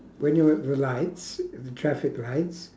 when you're at the lights the traffic lights